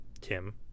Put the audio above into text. Tim